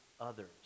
others